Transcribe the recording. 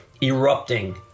erupting